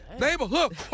Neighborhood